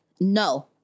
no